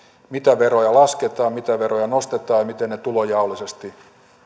mitä veroja lasketaan mitä veroja nostetaan ja miten ne tulonjaollisesti